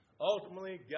Ultimately